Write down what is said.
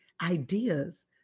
ideas